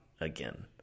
again